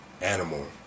animal